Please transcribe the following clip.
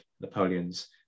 Napoleon's